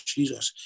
Jesus